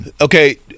Okay